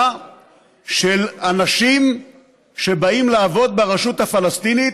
של אנשים שבאים לעבוד ברשות הפלסטינית.